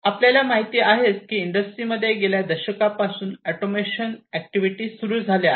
आपल्याला माहिती आहेच की इंडस्ट्रीमध्ये गेल्या दशकापासून ऑटोमेशन एक्टिविटी सुरू झाल्या आहेत